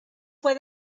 fue